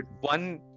one